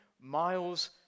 miles